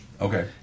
Okay